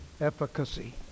efficacy